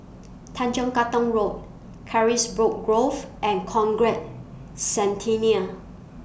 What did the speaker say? Tanjong Katong Road Carisbrooke Grove and Conrad Centennial